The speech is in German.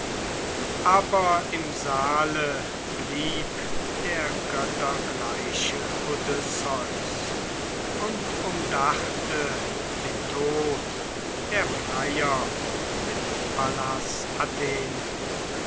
aber im saale blieb der göttergleiche odysseus und umdachte den tod der freier mit